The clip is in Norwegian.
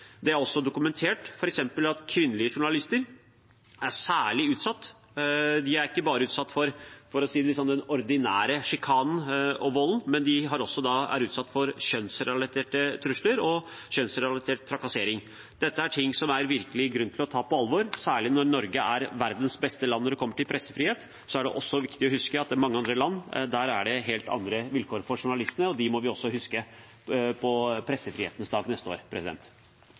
Det er også dokumentert at kvinnelige journalister er særlig utsatt. De er ikke bare utsatt for den ordinære sjikanen og volden, for å si det slik, men de er også utsatt for kjønnsrelaterte trusler og kjønnsrelatert trakassering. Dette er ting som det virkelig er grunn til å ta på alvor. Særlig når Norge er verdens beste land når det gjelder pressefrihet, er det viktig å huske at i mange andre land er det helt andre vilkår for journalistene. Dem må vi huske på på pressefrihetens dag neste år.